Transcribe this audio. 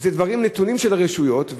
אלה נתונים של הרשויות,